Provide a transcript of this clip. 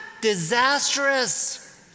disastrous